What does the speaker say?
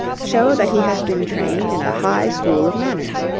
show that he has been trained in a high school of manners.